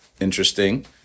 Interesting